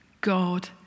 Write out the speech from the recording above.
God